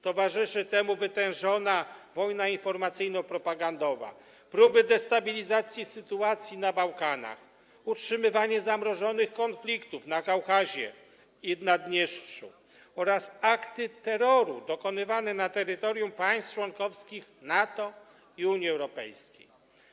Towarzyszą temu: wytężona wojna informacyjno-propagandowa, próby destabilizacji sytuacji na Bałkanach, utrzymywanie zamrożonych konfliktów na Kaukazie i w Naddniestrzu oraz akty terroru dokonywane na terytorium państw członkowskich NATO i Unii Europejskiej.